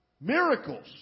miracles